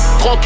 30